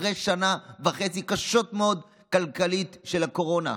אחרי שנה וחצי קשות מאוד כלכלית של הקורונה.